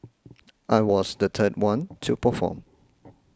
I was the third one to perform